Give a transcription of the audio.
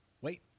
wait